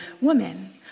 Woman